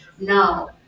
now